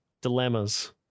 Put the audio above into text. dilemmas